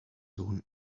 sohn